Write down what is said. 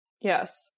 Yes